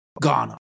Ghana